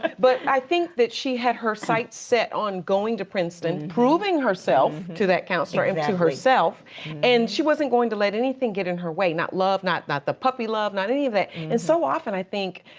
but i think that she had her sights set on going to princeton, proving herself to that counselor and to herself and she wasn't going to let anything get in her way, not love, not not the puppy love, not any of that. and so often i think,